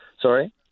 Sorry